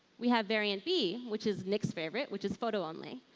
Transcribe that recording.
we have variant b, which is nick's favorite, which is photo only.